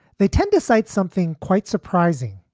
they tend to cite something quite surprising.